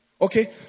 Okay